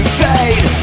fade